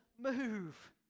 move